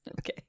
Okay